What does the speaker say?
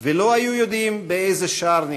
ולא היו יודעים באיזה שער נכנסים,